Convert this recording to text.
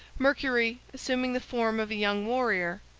mercury, assuming the form of a young warrior,